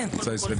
כן?